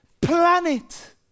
planet